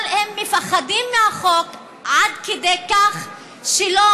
אבל הם מפחדים מהחוק עד כדי כך שלא